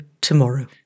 tomorrow